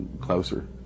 closer